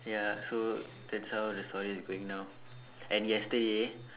ya so that's all the story is going now and yesterday